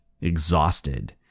exhausted